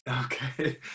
Okay